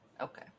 okay